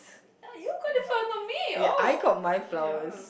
ya you got it from m~ me oh ya